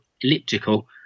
elliptical